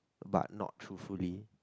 but not truly